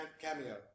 cameo